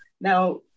Now